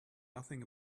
nothing